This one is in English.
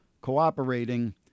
cooperating